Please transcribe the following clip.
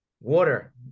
Water